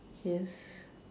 yes